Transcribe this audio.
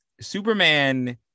Superman